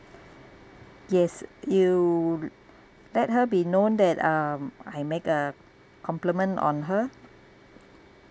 yes you let her be known that um I make a compliment on her